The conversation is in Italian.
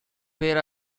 per